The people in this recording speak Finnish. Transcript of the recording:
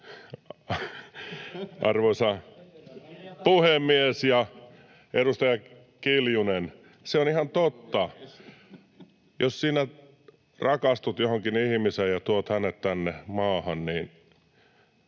Arvoisa puhemies, edustaja Kiljunen, se on ihan totta. Jos sinä rakastut johonkin ihmiseen ja tuot hänet tänne maahan, niin